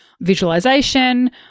visualization